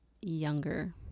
younger